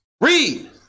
Read